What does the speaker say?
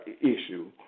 issue